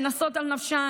נשים שנסות על נפשן,